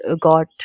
got